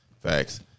Facts